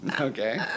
Okay